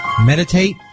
Meditate